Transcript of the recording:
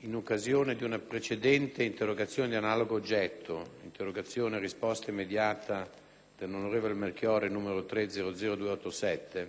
in occasione di una precedente interrogazione di analogo oggetto (interrogazione a risposta immediata dell'onorevole Melchiorre 3-00287),